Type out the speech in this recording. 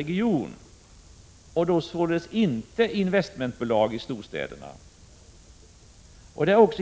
regioner. Det handlar således inte om investmentbolag i storstäderna.